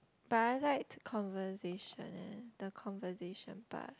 but I like the conversation eh the conversation part